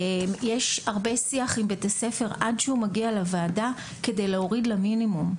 יש הרבה שיח עם בית הספר עד שהוא מגיע לוועדה כדי להוריד למינימום.